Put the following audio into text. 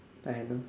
I know